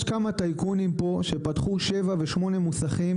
יש כמה טייקונים שפתחו שבעה ושמונה מוסכים